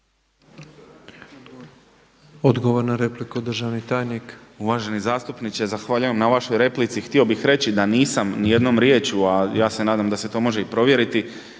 Odgovor na repliku državni tajnik. **Škarica, Mihovil** Uvaženi zastupniče, zahvaljujem na vašoj replici. Htio bih reći da nisam ni jednom riječju a ja se nadam da se to može i provjeriti,